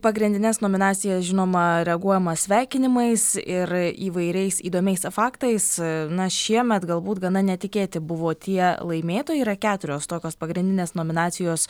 pagrindines nominacijas žinoma reaguojama sveikinimais ir įvairiais įdomiais faktais na šiemet galbūt gana netikėti buvo tie laimėtojai yra keturios tokios pagrindinės nominacijos